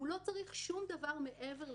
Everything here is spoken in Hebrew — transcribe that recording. הוא לא צריך שום דבר מעבר לזה.